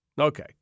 Okay